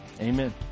Amen